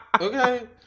Okay